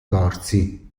corsi